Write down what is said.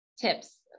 tips